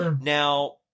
Now